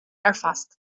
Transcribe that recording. erfasst